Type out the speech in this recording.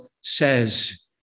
says